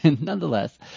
nonetheless